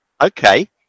Okay